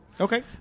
Okay